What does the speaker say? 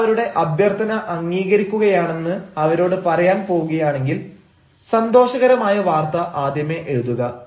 നിങ്ങൾ അവരുടെ അഭ്യർത്ഥന അംഗീകരിക്കുകയാണെന്ന് അവരോട് പറയാൻ പോവുകയാണെങ്കിൽ സന്തോഷകരമായ വാർത്ത ആദ്യമേ എഴുതുക